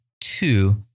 Two